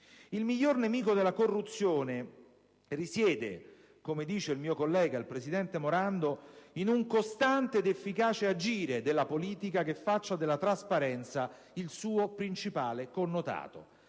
Il miglior nemico della corruzione risiede, come dice il mio collega presidente Morando, in un costante ed efficace agire della politica che faccia della trasparenza il suo principale connotato.